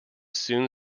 soon